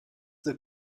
the